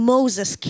Moses